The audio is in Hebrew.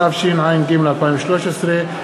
התשע"ג 2013,